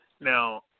now